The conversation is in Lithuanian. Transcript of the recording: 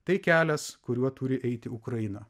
tai kelias kuriuo turi eiti ukraina